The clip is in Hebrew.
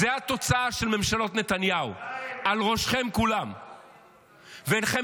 זו התוצאה של ממשלות נתניהו, על ראשכם כולם.